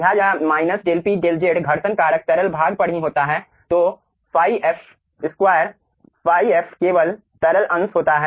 लिहाजा minus del P del Z घर्षण कारक तरल भाग पर ही होता है तो ϕf 2 ϕf केवल तरल अंश होता है